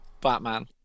Batman